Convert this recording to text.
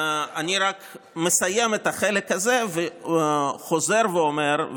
אני רק מסיים את החלק הזה וחוזר ואומר,